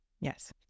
Yes